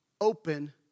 open